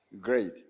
Great